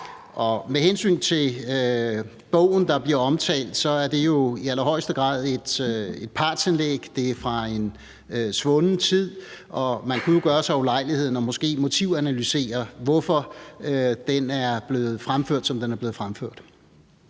med hensyn til bogen, der bliver omtalt, så er det jo i allerhøjeste grad et partsindlæg. Det er fra en svunden tid, og man kunne jo gøre sig ulejligheden måske at motivanalysere, hvorfor den er blevet fremført, som den er blevet fremført.